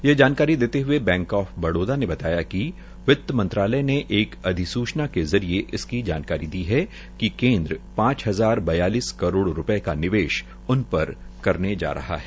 ये जानकारी देते हये बैंक आफ बड़ोदा ने बताया कि वित मंत्रालय ने एक अधिसूचना के जरिये केन्द्र पांच हजार बयालिस करोड़ रूपये का निवेश उन पर करने जा रहा है